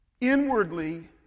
Inwardly